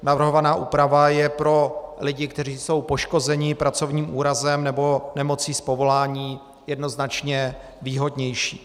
Navrhovaná úprava je pro lidi, kteří jsou poškození pracovním úrazem nebo nemocí z povolání, jednoznačně výhodnější.